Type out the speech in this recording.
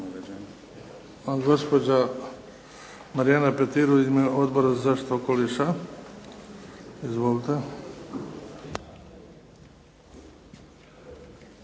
Hvala.